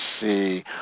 see